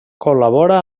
col·labora